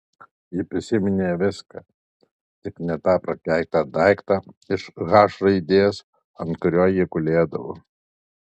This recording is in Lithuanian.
ji prisiminė viską tik ne tą prakeiktą daiktą iš h raidės ant kurio jie gulėdavo